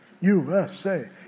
USA